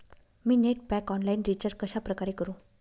मी net pack online recharge कशाप्रकारे करु?